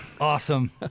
awesome